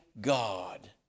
God